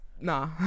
nah